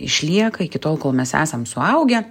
išlieka iki tol kol mes esam suaugę